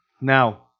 Now